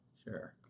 sure.